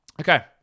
Okay